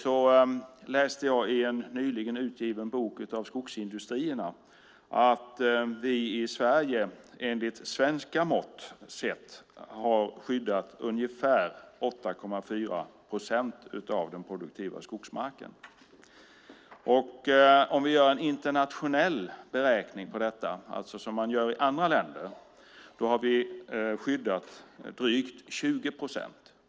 Jag läste i en nyligen utgiven bok av Skogsindustrierna att vi i Sverige, enligt svenska mått, har skyddat ungefär 8,4 procent av den produktiva skogsmarken. Om vi gör en internationell beräkning av detta, alltså som man gör i andra länder, har vi skyddat drygt 20 procent.